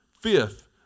Fifth